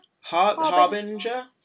Harbinger